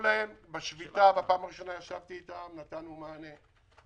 בשביתה בפעם הראשונה ישבתי איתם ונתנו להם מענה.